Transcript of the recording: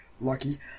lucky